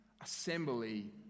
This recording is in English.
Assembly